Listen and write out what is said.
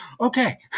Okay